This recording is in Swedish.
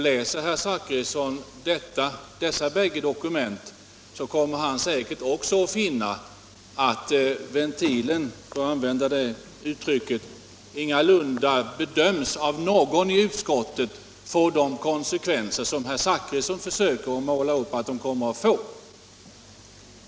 Läser herr Zachrisson dessa bägge dokument kommer han säkert också att finna att ventilen, för att använda det uttrycket, ingalunda av någon i utskottet bedöms få de konsekvenser som herr Zachrisson försöker måla upp.